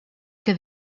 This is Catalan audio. que